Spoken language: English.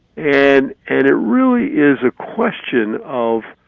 and and it really is a question of